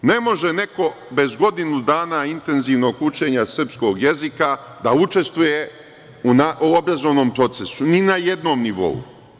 Ne može neko bez godinu dana intenzivnog učenja srpskog jezika da učestvuje u obrazovnom procesu ni na jednom nivou.